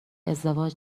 ازدواج